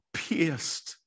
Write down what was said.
pierced